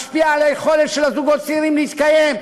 משפיע על היכולת של הזוגות הצעירים להתקיים,